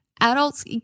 Adults